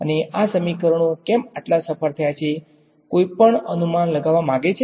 અને આ સમીકરણો કેમ એટલા સફળ થયા છેકોઈપણ અનુમાન લગાવવા માંગે છે